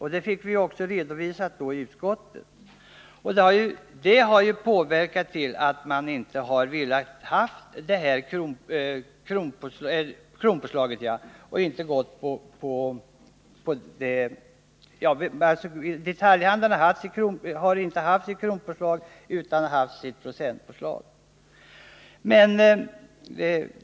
Detta redovisades för oss i utskottet och påverkade naturligtvis utskottet, som inte har velat uttala sig för ett kronpåslag. Detaljhandeln har ju inte använt ett kronpåslag utan ett procentpåslag.